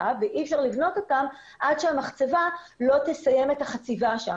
ואי אפשר לבנות אותן עד שהמחצבה לא תסיים את החציבה שם.